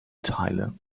teile